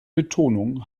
betonung